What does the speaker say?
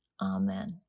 Amen